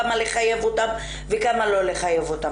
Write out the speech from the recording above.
כמה לחייב אותם וכמה לא לחייב אותם.